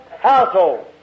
household